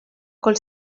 col